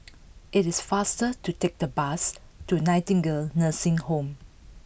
it is faster to take the bus to Nightingale Nursing Home